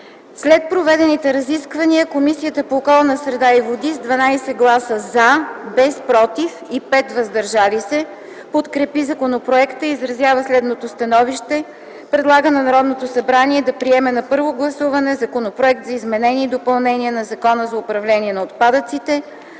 След проведените разисквания, Комисията по околната среда и водите с 12 гласа „за”, без „против” и 5 „въздържали се” подкрепи законопроекта и изразява следното становище: Предлага на Народното събрание да приеме на първо гласуване Законопроект за изменение и допълнение на Закона за управление на отпадъците